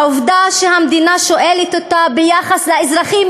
העובדה שהמדינה שואלת אותה ביחס לאזרחים,